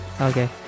Okay